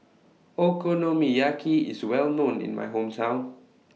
Okonomiyaki IS Well known in My Hometown